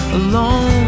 alone